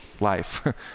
life